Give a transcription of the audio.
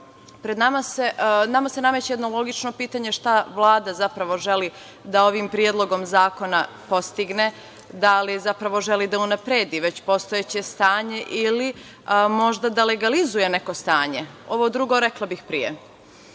Nama se nameće jedno logično pitanje šta Vlada zapravo želi da ovim predlogom zakona postigne, da li zapravo želi da unapredi već postojeće stanje ili možda da legalizuje neko stanje. Ovo drugo rekla bih pre. Svi